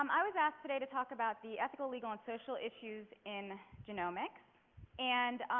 um i was asked today to talk about the ethical, legal and social issues in genomics and